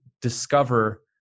discover